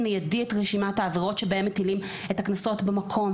מיידי את רשימת העבירות שבהן מטילים את הקנסות במקום,